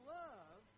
love